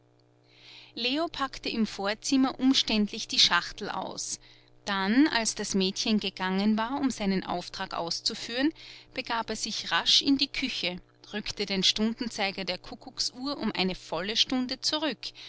leo packte im vorzimmer umständlich die schachtel aus dann als das mädchen gegangen war um seinen auftrag auszuführen begab er sich rasch in die küche rückte den stundenzeiger der kuckucksuhr um eine volle stunde zurück